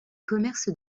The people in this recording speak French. commerces